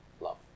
love